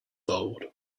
old